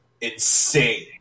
insane